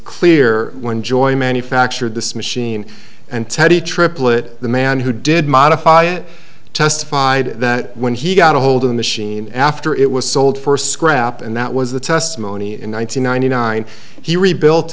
clear when joy manufactured this machine and teddy triplett the man who did modify it testified that when he got ahold of the machine after it was sold for scrap and that was the testimony in one thousand nine hundred nine he rebuilt